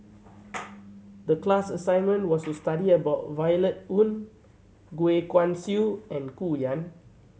the class assignment was to study about Violet Oon Goh Guan Siew and Gu Juan